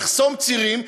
לחסום צירים,